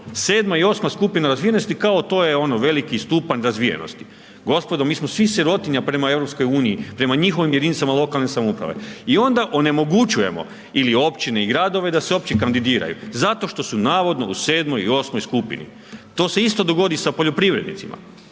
7. i 8. skupina razvijenosti, kao to je ono veliki stupanj razvijenosti. Gospodo, mi smo svi sirotinja prema EU, prema njihovim jedinicama lokalne samouprave i onda onemogućujemo ili općine i gradove da se uopće kandidiraju zato što su navodno u 7. i 8. skupini. To se isto dogodi sa poljoprivrednicima.